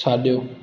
साॼो